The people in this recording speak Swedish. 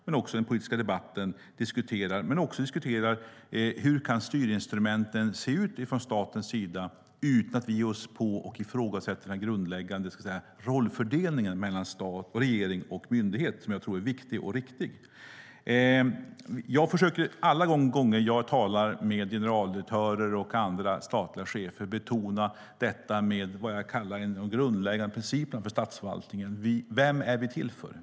Det är viktigt att vi i den politiska debatten också diskuterar hur styrinstrumenten kan se ut från statens sida utan att vi ifrågasätter den grundläggande rollfördelningen mellan regering och myndighet som jag tror är viktig och riktig. Alla gånger jag talar med generaldirektörer och andra statliga chefer försöker jag betona det jag kallar den grundläggande principen för statsförvaltningen: Vem är vi till för?